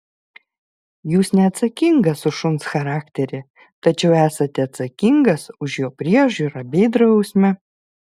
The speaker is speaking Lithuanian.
jūs neatsakingas už šuns charakterį tačiau esate atsakingas už jo priežiūrą bei drausmę